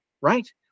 right